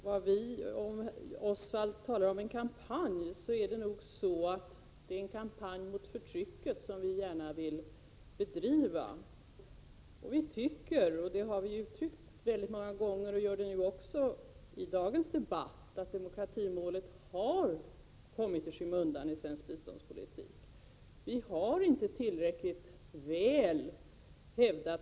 Herr talman! Jag vill svara Oswald Söderqvist när det gäller Vietnam, att den kampanj han talar om är en kampanj mot förtrycket, en kampanj som vi gärna vill bedriva. Vi moderater tycker — det har vi uttryckt många gånger och gör det också i dagens debatt — att demokratimålet har kommit i skymundan i svensk biståndspolitik.